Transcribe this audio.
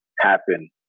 happen